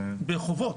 בחובות.